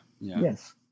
Yes